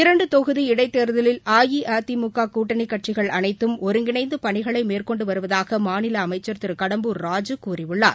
இரண்டு தொகுதி இடைத்தேர்தலில் அஇஅதிமுக கூட்டணி கட்சிகள் அனைத்தும் ஒருங்கிணைந்து பணிகளை மேற்கொண்டு வருவதாக மாநில அமைச்சர் திரு கடம்பூர் ராஜூ கூறியுள்ளார்